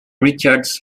richards